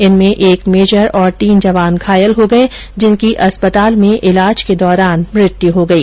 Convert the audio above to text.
इसमें एक मेजर और तीन जवान घायल हो गए जिनकी अस्पताल में इलाज के दौरान मृत्यु हो गई